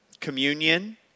Communion